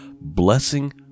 blessing